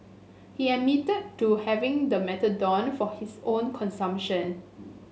he admitted to having the methadone for his own consumption